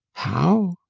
how?